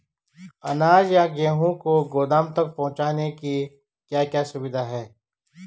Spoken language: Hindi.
अनाज या गेहूँ को गोदाम तक पहुंचाने की क्या क्या सुविधा है?